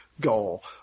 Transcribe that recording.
goal